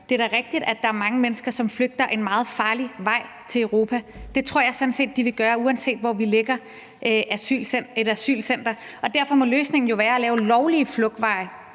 det da er rigtigt, at der er mange mennesker, som flygter ad en meget farlig vej til Europa. Det tror jeg sådan set de vil gøre, uanset hvor vi lægger et asylcenter. Derfor må løsningen jo være at lave lovlige flugtveje